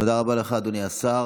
תודה רבה לך, אדוני השר.